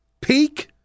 peak